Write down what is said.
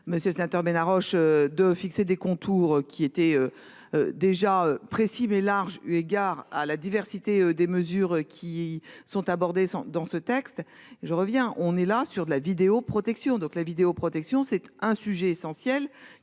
Monsieur le sénateur ben Roche de fixer des contours qui était. Déjà précis mais large eu égard à la diversité des mesures qui sont abordés sont dans ce texte. Je reviens, on est là sur la vidéo protection donc la vidéoprotection. C'est un sujet essentiel,